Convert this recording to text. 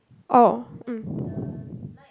oh um